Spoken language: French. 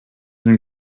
une